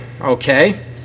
Okay